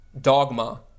dogma